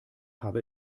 habe